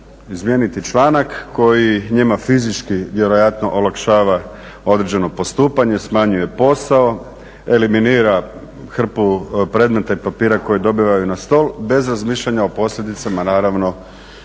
Izmijeniti članak koji njima fizički vjerojatno olakšava određeno postupanje, smanjuje posao, eliminira hrpu predmeta i papira koje dobiju na stol bez razmišljanja o posljedicama naravno